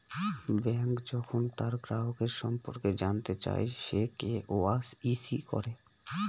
bank যখন তার গ্রাহকের সম্পর্কে জানতে চায়, সে কে.ওয়া.ইসি করে